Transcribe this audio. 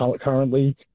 currently